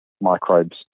microbes